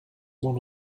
one